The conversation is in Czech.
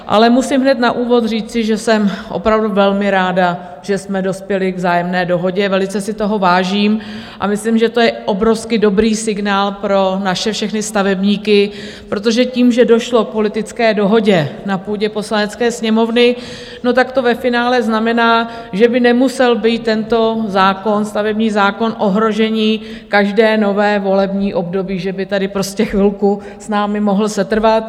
Ale musím hned na úvod říci, že jsem opravdu velmi ráda, že jsme dospěli k vzájemné dohodě, velice si toho vážím a myslím, že to je obrovsky dobrý signál pro naše všechny stavebníky, protože tím, že došlo politické dohodě na půdě Poslanecké sněmovny, to ve finále znamená, že by nemusel být tento stavební zákon v ohrožení každé nové volební období, že by tady prostě chvilku s námi mohl setrvat.